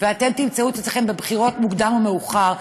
ואתם תמצאו את עצמכם בבחירות במוקדם או במאוחר,